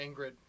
Ingrid